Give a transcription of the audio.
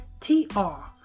T-R